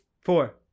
four